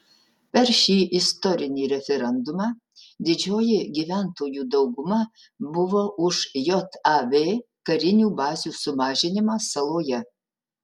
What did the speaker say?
per šį istorinį referendumą didžioji gyventojų dauguma buvo už jav karinių bazių sumažinimą saloje